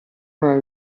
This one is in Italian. una